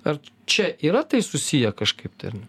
ar čia yra tai susiję kažkaip ten